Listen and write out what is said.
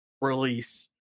release